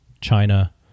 China